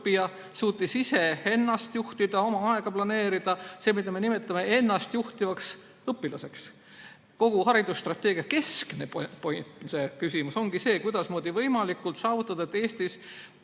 õppija suutis iseennast juhtida, oma aega planeerida. See on see, mida me nimetame ennastjuhtivaks õpilaseks. Kogu haridusstrateegia keskne küsimus ongi see, kuidasmoodi võimalikult hästi saavutada see, et Eestis